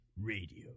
Radio